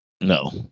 No